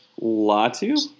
Latu